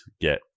get